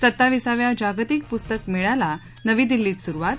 सत्ताविसाव्या जागतिक पुस्तक मेळ्याला नवी दिल्लीत सुरुवात